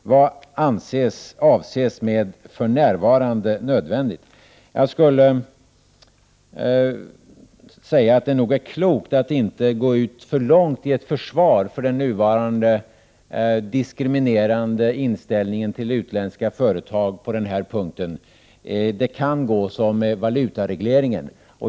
Vad avses med ”för närvarande nödvändigt”? Jag skulle vilja säga att det nog är klokt att inte gå för långt i sitt försvar för den nuvarande diskriminerande inställningen till utländska företag. Det kan gå som i fråga om valutaregleringen.